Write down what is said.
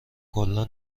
کلا